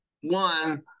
one